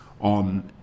on